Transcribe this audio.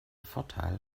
vorteil